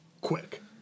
quick